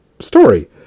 story